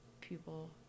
people